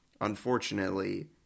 unfortunately